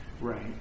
Right